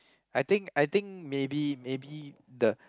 I think I think maybe maybe the